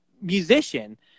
musician